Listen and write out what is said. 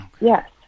Yes